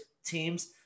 teams